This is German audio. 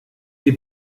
die